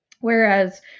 whereas